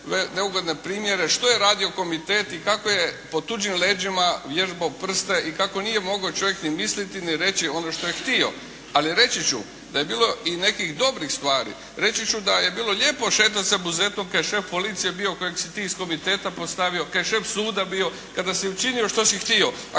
neugodne primjere što je radio komitet i kako je po tuđim leđima vježbao prste i kako nije mogao čovjek ni misliti ni reći ono što je htio. Ali reći ću da je bilo i nekih dobrih stvari. Reći ću da je bilo lijepo šetat se Buzetom kad je šef policije bio, kojeg si ti iz komiteta postavio, kad je šef suda bio kada si učinio što si htio,